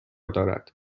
دارد